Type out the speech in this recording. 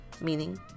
meaning